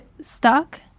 stuck